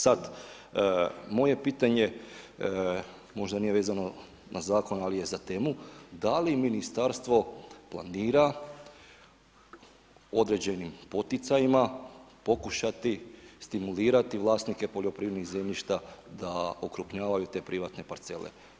Sad moje je pitanje možda nije vezano na zakon, ali je za temu, da li ministarstvo planira određenim poticajima pokušati stimulirati vlasnike poljoprivrednih zemljišta da okrupnjavaju te privatne parcele.